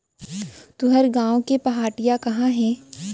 तुंहर गॉँव के पहाटिया कहॉं हे?